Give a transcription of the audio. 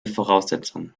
voraussetzungen